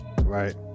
right